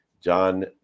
john